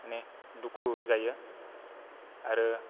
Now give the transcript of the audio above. मानि दुखु जायो आरो